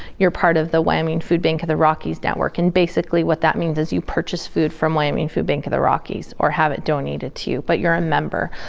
you're part of the wyoming food bank of the rockies network. and basically, what that means, is you purchase food from wyoming food bank of the rockies, or have it donated to you, but you're a member.